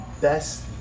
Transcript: best